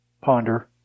ponder